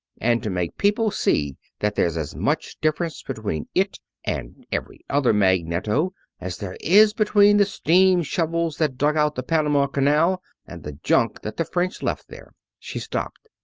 and to make people see that there's as much difference between it and every other magneto as there is between the steam shovels that dug out the panama canal and the junk that the french left there she stopped.